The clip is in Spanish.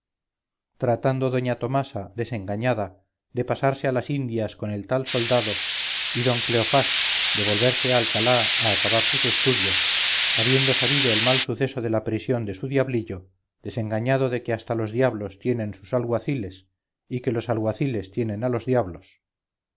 tratando doña tomasa desengañada de pasarse a las indias con el tal soldado y don cleofás de volverse a alcalá a acabar sus estudios habiendo sabido el mal suceso de la prisión de su diablillo desengañado de que hasta los diablos tienen sus alguaciles y que los alguaciles tienen a los diablos